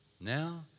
now